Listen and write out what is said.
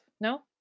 No